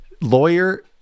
lawyer